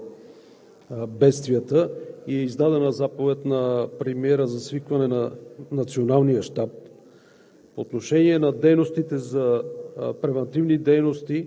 съвети за действия съобразно Закона за бедствията и авариите и е издадена заповед на премиера за свикване на Националния щаб.